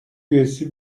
üyesi